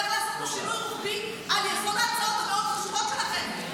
הולך לעשות פה שינוי רוחבי על יסוד ההצעות המאוד-חשובות שלכם.